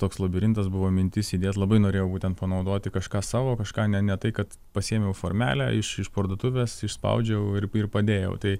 toks labirintas buvo mintis įdėt labai norėjau būtent panaudoti kažką savo kažką ne ne tai kad pasiėmiau formelę iš iš parduotuvės išspaudžiau ir ir padėjau tai